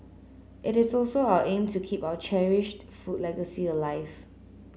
it is also our aim to keep our cherished food legacy alive